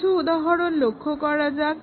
কিছু উদাহরন লক্ষ্য করা যাযক